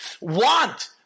want